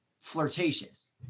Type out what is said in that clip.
flirtatious